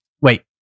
Wait